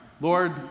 Lord